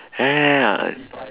ya